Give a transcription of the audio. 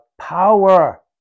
power